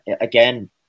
again